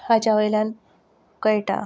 हाच्या वयल्यान कळटा